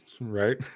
right